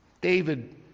David